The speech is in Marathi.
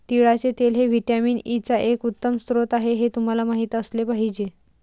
तिळाचे तेल हे व्हिटॅमिन ई चा एक उत्तम स्रोत आहे हे तुम्हाला माहित असले पाहिजे